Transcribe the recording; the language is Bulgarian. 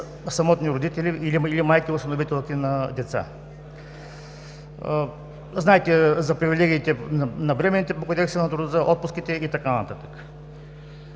самотни родители или майки – осиновителки на деца. Знаете за привилегиите на бременните по Кодекса на труда, за отпуските и така нататък.